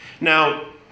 Now